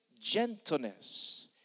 gentleness